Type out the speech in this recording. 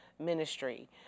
Ministry